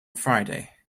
friday